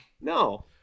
No